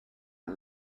and